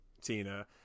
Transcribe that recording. Tina